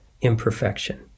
imperfection